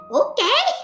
okay